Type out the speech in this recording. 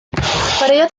chwaraeodd